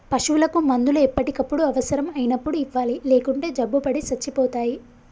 పశువులకు మందులు ఎప్పటికప్పుడు అవసరం అయినప్పుడు ఇవ్వాలి లేకుంటే జబ్బుపడి సచ్చిపోతాయి